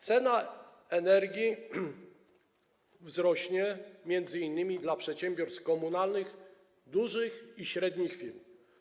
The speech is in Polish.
Cena energii wzrośnie m.in. dla przedsiębiorstw komunalnych, dużych i średnich firm.